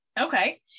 Okay